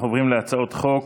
אנחנו עוברים להצעות חוק.